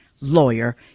lawyer